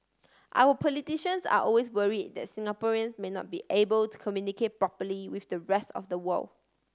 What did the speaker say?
our politicians are always worry that Singaporeans may not be able to communicate properly with the rest of the world